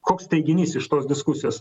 koks teiginys iš tos diskusijos